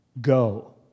go